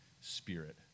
Spirit